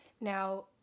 Now